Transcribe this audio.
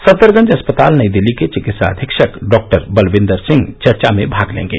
सफदरजंग अस्पताल नई दिल्ली के चिकित्सा अधीक्षक डॉ बलविन्दर सिंह चर्चा में भाग लेंगे